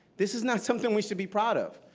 this is not something we should be proud of.